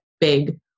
big